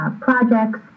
projects